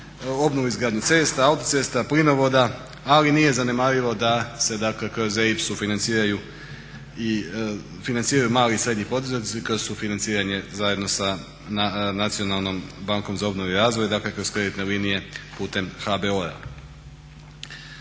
obnovu i izgradnji cesta, autocesta, plinovoda, ali nije zanemarivo da se kroz EIB financiraju mali i srednji poduzetnici kroz sufinanciranje zajedno sa Nacionalnom bankom za obnovu i razvoj dakle kroz kreditne linije putem HBOR-a.